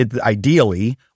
ideally